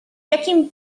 jakim